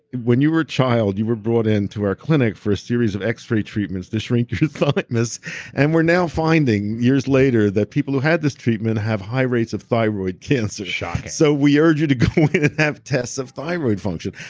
when you were a child, you were brought in to our clinic for a series of x-ray treatments to shrink your thymus and we're now finding years later that people who had this treatment have high rates of thyroid cancer. shocking so we urge you to go in and have tests of thyroid function.